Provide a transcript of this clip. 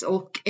Och